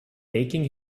taking